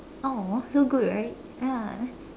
!aww! so good right ya